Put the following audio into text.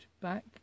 back